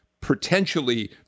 potentially